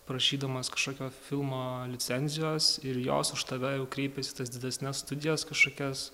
prašydamas kažkokio filmo licenzijos ir jos už tave kreipiasi į tas didesnes studijas kažkokias